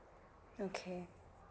okay